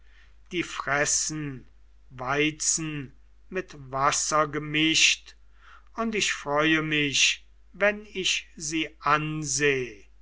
die fressen weizen mit wasser gemischt und ich freue mich wenn ich sie anseh